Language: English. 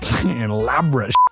elaborate